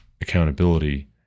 accountability